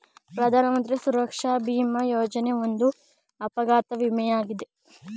ಪ್ರಧಾನಮಂತ್ರಿ ಸುರಕ್ಷಾ ಭಿಮಾ ಯೋಜನೆ ಒಂದು ಅಪಘಾತ ವಿಮೆ ಯಾಗಿದೆ